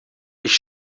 ich